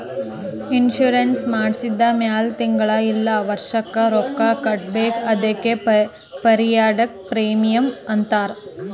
insurance ಮಾಡ್ಸಿದ ಮ್ಯಾಲ್ ತಿಂಗಳಾ ಇಲ್ಲ ವರ್ಷಿಗ ರೊಕ್ಕಾ ಕಟ್ಬೇಕ್ ಅದ್ಕೆ ಪಿರಿಯಾಡಿಕ್ ಪ್ರೀಮಿಯಂ ಅಂತಾರ್